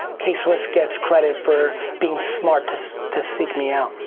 k-swiss gets credit for being smart to so to seek me out.